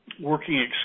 working